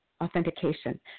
authentication